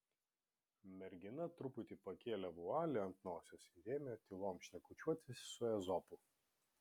mergina truputį pakėlė vualį ant nosies ir ėmė tylom šnekučiuoti su ezopu